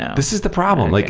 this is the problem. like